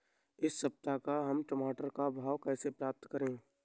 इस सप्ताह का हम टमाटर का भाव कैसे पता करें?